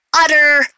utter